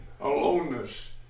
aloneness